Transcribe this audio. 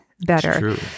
Better